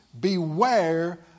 beware